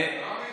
לא מתבייש?